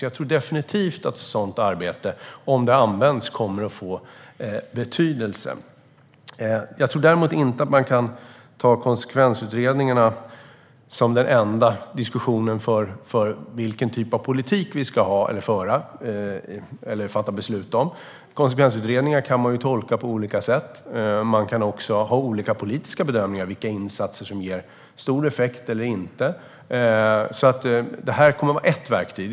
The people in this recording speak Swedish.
Jag tror definitivt att ett sådant arbete, om det används, kommer att få betydelse. Jag tror däremot inte att man kan se konsekvensutredningarna som det enda att diskutera när det gäller vilken typ av politik vi ska föra eller fatta beslut om. Konsekvensutredningar kan man ju tolka på olika sätt. Man kan också ha olika politiska bedömningar av vilka insatser som ger stor effekt eller inte. Det här kommer att vara ett verktyg.